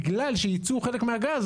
בגלל שייצאו חלק מהגז,